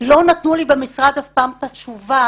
לא נתנו לי במשרד אף פעם את התשובה